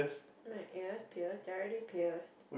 my ears pierced directly pierced